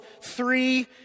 three